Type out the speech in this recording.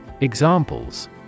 Examples